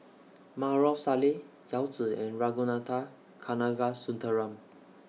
Maarof Salleh Yao Zi and Ragunathar Kanagasuntheram